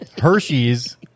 Hershey's